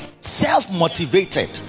self-motivated